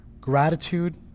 gratitude